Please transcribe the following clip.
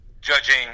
judging